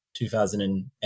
2008